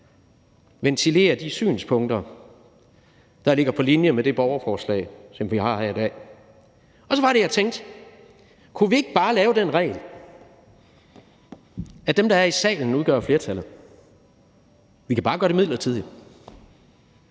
ventilerer de synspunkter, der ligger på linje med det borgerforslag, som vi har her i dag, og så var det, jeg tænkte: Kunne vi ikke bare lave den regel, at dem, der er i salen, udgør flertallet? Vi kunne bare gøre det midlertidigt,